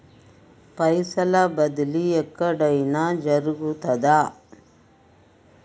పైసల బదిలీ ఎక్కడయిన జరుగుతదా?